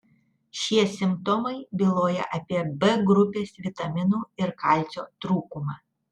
šie simptomai byloja apie b grupės vitaminų ir kalcio trūkumą